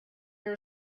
your